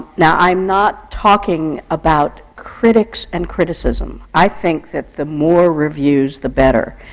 now, i'm not talking about critics and criticism. i think that the more reviews, the better.